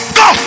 go